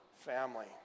family